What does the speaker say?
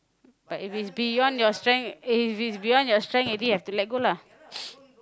but if it's beyond your strength if it's beyond your strength already you have to let go lah